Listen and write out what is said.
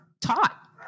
taught